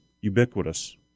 ubiquitous